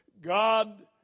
God